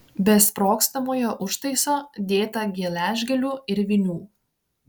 be sprogstamojo užtaiso dėta geležgalių ir vinių